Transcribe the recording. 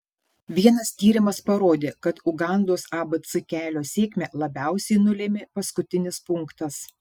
vienas tyrimas parodė kad ugandos abc kelio sėkmę labiausiai nulėmė paskutinis punktas